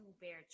bear